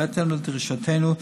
בהתאם לדרישותינו,